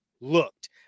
looked